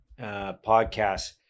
podcast